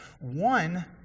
One